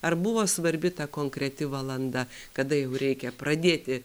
ar buvo svarbi ta konkreti valanda kada jau reikia pradėti